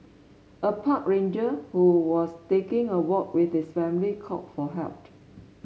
a park ranger who was taking a walk with his family called for helped